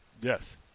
Yes